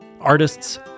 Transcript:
artists